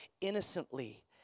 innocently